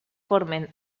formen